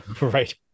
right